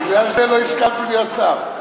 בגלל זה לא הסכמתי להיות שר...